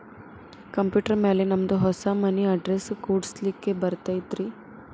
Computer ಮ್ಯಾಲೆ ನಮ್ದು ಹೊಸಾ ಮನಿ ಅಡ್ರೆಸ್ ಕುಡ್ಸ್ಲಿಕ್ಕೆ ಬರತೈತ್ರಿ?